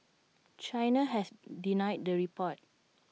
China has denied the reports